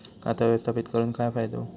खाता व्यवस्थापित करून काय फायदो?